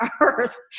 earth